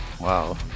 Wow